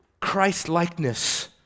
Christ-likeness